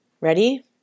Ready